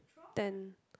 ten